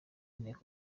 ntego